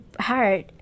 hard